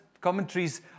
commentaries